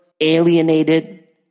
alienated